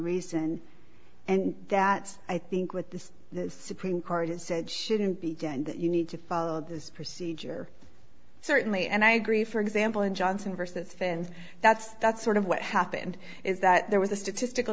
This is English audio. reason and that i think with the supreme court said shouldn't be done that you need to follow this procedure certainly and i agree for example in johnson versus fans that's that's sort of what happened is that there was a statistical